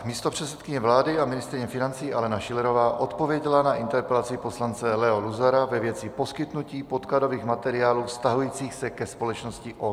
Místopředsedkyně vlády a ministryně financí Alena Schillerová odpověděla na interpelaci poslance Leo Luzara ve věci poskytnutí podkladových materiálů vztahujících se ke společnosti OKD.